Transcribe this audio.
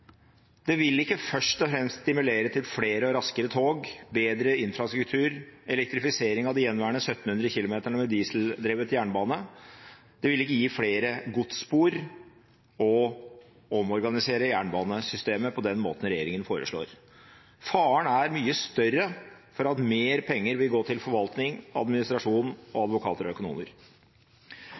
Det vil ikke først og fremst stimulere til flere og raskere tog, bedre infrastruktur og elektrifisering av de gjenværende 1 700 kilometerne med dieseldrevet jernbane, og det vil ikke gi flere godsspor å omorganisere jernbanesystemet på den måten regjeringen foreslår. Faren er mye større for at mer penger vil gå til forvaltning, administrasjon og advokater og økonomer.